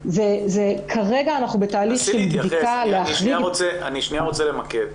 כרגע אנחנו בתהליך של בדיקה להחריג --- אני רוצה למקד.